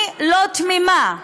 אני לא תמימה,